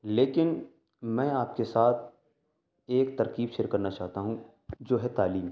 لیکن میں آپ کے ساتھ ایک ترکیب شیئر کرنا چاہتا ہوں جو ہے تعلیم